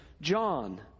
John